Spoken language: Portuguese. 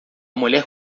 mulher